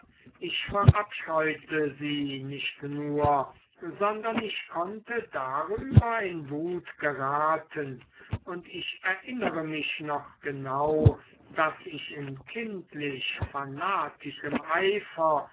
ich verabscheute sie nicht nur sondern ich konnte darüber in wut geraten und ich erinnere mich noch genau daß ich in kindlich fanatischem eifer